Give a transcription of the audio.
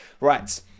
Right